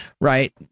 right